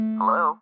Hello